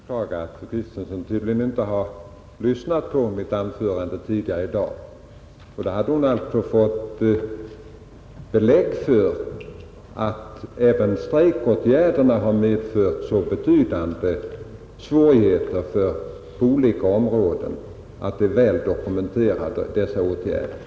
Herr talman! Jag beklagar att fru Kristensson tydligen inte lyssnade på mitt anförande tidigare i dag. Annars hade hon fått belägg för att det är väl dokumenterat att även strejkåtgärderna har medfört betydande svårigheter på olika områden.